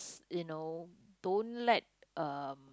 you know don't let um